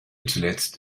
zuletzt